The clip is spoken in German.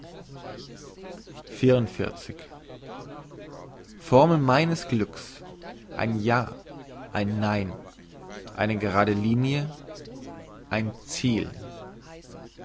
formel meines glücks ein ja ein nein eine gerade linie ein ziel